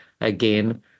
again